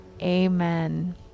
Amen